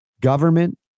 government